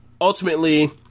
ultimately